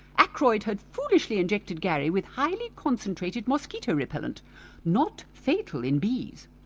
ackroyd had foolishly injected gary with highly concentrated mosquito repellent not fatal in bees,